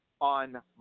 on